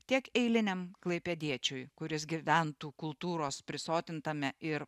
tiek eiliniam klaipėdiečiui kuris gyventų kultūros prisotintame ir